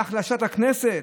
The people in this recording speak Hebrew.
להחלשת לכנסת?